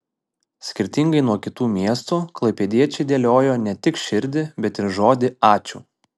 skirtingai nuo kitų miestų klaipėdiečiai dėliojo ne tik širdį bet ir žodį ačiū